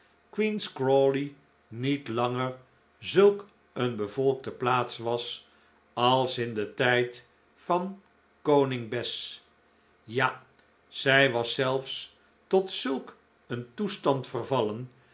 queen's crawley niet langer zulk een bevolkte plaats was als in den tijd van koningin bess ja zij was zelfs tot zulk een toestand vervallen